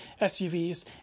SUVs